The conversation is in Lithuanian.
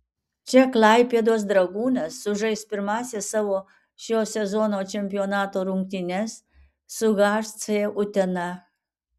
čia klaipėdos dragūnas sužais pirmąsias savo šio sezono čempionato rungtynes su hc utena